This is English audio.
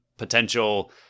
potential